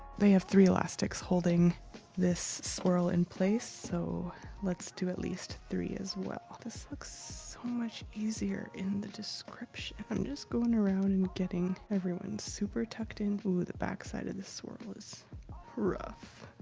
they have three elastics holding this swirl in place, so let's do at least three as well. this looks soo so much easier in the description. i'm just going around and getting everyone? super tucked in through the backside of this swirl is rough.